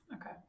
Okay